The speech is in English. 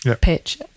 pitch